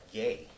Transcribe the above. gay